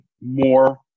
more